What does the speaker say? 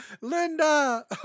linda